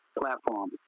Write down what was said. platform